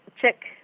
check